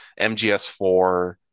MGS4